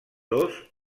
dos